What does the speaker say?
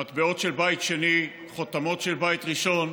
מטבעות של בית שני, חותמות של בית ראשון,